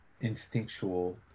instinctual